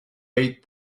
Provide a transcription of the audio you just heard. eat